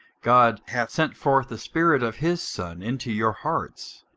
god hath sent forth the spirit of his son into your hearts,